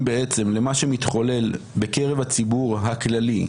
בעצם למה שמתחולל בקרב הציבור הכללי,